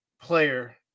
player